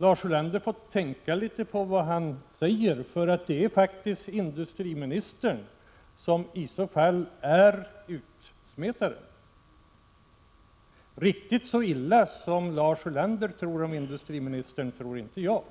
Lars Ulander får tänka litet på vad han säger. Det är faktiskt industriministern som i så fall är ”utsmetaren”. Riktigt så illa som Lars Ulander tror om industriministern tror inte jag. Skulle